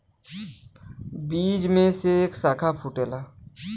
बीज में से एक साखा फूटला